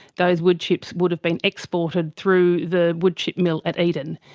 those woodchips would have been exported through the woodchip mill at eden.